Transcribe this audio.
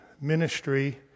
ministry